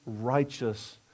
righteous